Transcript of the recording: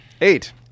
Eight